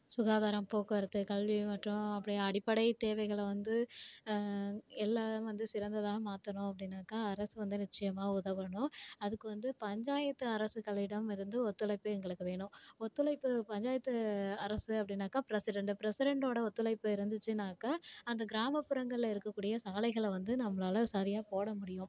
சுகாதாரம் போக்குவரத்து கல்வி மற்றும் அப்படி அடிப்படைத் தேவைகளை வந்து எல்லாம் வந்து சிறந்ததாக மாற்றணும் அப்டின்னாக்கா அரசு வந்து நிச்சயமாக உதவணும் அதுக்கு வந்து பஞ்சாயத்து அரசுகளிடம் இருந்து ஒத்துழைப்பு எங்களுக்கு வேணும் ஒத்துழைப்பு பஞ்சாயத்து அரசு அப்படின்னாக்கா ப்ரெசிடெண்டு ப்ரெசிடெண்டோடய ஒத்துழைப்பு இருந்துச்சுன்னாக்கா அந்த கிராமப்புறங்களில் இருக்கக்கூடிய சாலைகளை வந்து நம்மளால் சரியாக போட முடியும்